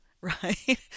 right